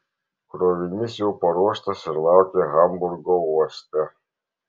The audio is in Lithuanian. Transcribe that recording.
krovinys jau paruoštas ir laukia hamburgo uoste